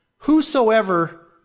Whosoever